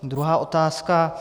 Druhá otázka.